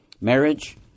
marriage